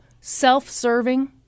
self-serving